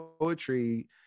poetry